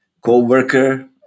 co-worker